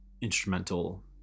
instrumental